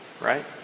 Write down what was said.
right